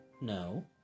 no